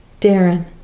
Darren